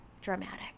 dramatic